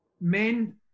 men